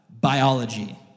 Biology